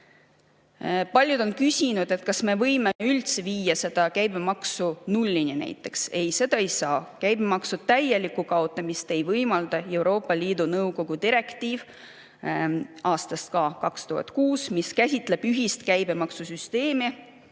Paljud on küsinud, kas me ei võiks näiteks viia selle käibemaksu üldse nullini. Ei, seda ei saa. Käibemaksu täielikku kaotamist ei võimalda Euroopa Liidu nõukogu direktiiv aastast 2006, mis käsitleb ühist käibemaksusüsteemi,